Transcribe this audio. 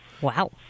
Wow